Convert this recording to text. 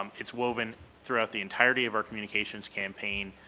um it's woven throughout the entirety of our communications campaign,